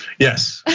yes.